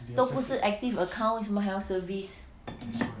都不是 active account 为什么还要 service